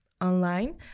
online